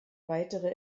weitere